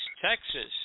Texas